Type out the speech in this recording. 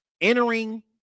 entering